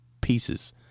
pieces